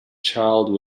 child